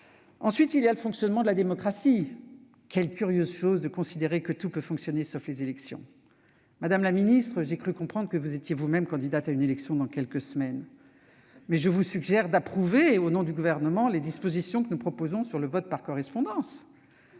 un progrès. du fonctionnement de la démocratie ? Quelle curieuse chose de considérer que tout peut fonctionner, sauf les élections. Très bien ! Madame la ministre, j'ai cru comprendre que vous seriez vous-même candidate à une élection dans quelques semaines. Je vous suggère donc d'approuver, au nom du Gouvernement, les dispositions que nous proposons sur le vote par correspondance